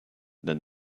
than